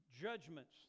judgments